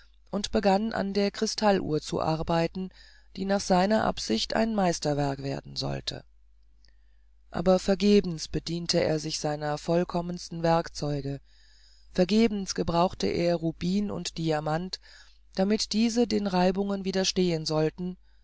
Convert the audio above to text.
und begann an der krystalluhr zu arbeiten die nach seiner absicht ein meisterwerk werden sollte aber vergebens bediente er sich seiner vollkommensten werkzeuge vergebens gebrauchte er rubin und diamant damit diese den reibungen widerstehen sollten